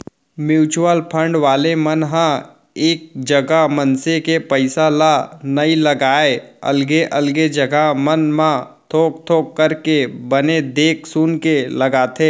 mutual fund वाले मन ह एक जगा मनसे के पइसा ल नइ लगाय अलगे अलगे जघा मन म थोक थोक करके बने देख सुनके लगाथे